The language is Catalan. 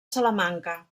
salamanca